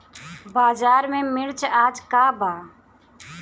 बाजार में मिर्च आज का बा?